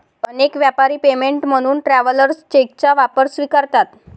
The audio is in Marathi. अनेक व्यापारी पेमेंट म्हणून ट्रॅव्हलर्स चेकचा वापर स्वीकारतात